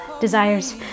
Desires